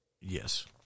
Yes